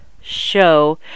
show